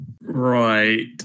Right